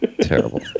Terrible